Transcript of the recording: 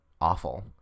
awful